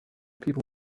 people